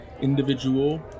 individual